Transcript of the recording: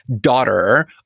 daughter